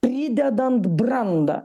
pridedant brandą